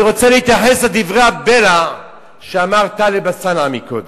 אני רוצה להתייחס לדברי הבלע שאמר טלב אלסאנע קודם.